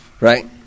Right